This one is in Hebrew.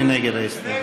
מי נגד ההסתייגות?